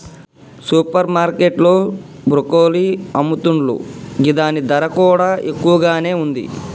super market లో broccoli అమ్ముతున్లు గిదాని ధర కూడా ఎక్కువగానే ఉంది